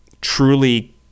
truly